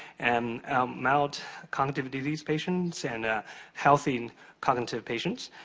and amount cognitive disease patients and healthy and cognitive patients.